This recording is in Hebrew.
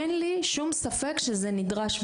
אין לי שום ספק שזה נדרש,